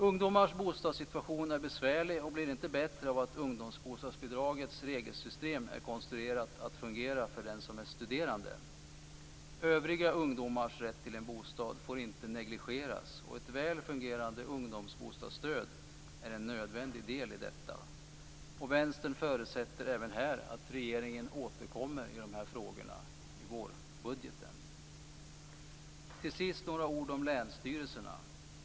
Ungdomars bostadssituation är besvärlig och blir inte bättre av att ungdomsbostadsbidragets regelsystem är konstruerat att fungera för den som är studerande. Övriga ungdomars rätt till en bostad får inte negligeras, och ett väl fungerande ungdomsbostadsstöd är en nödvändig del i detta. Vänstern förutsätter även här att regeringen återkommer i de här frågorna i vårbudgeten. Till sist några ord om länsstyrelserna.